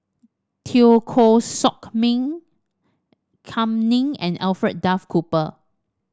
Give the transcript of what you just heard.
Teo Koh Sock Miang Kam Ning and Alfred Duff Cooper